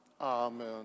Amen